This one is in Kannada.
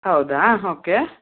ಹೌದಾ ಓಕೆ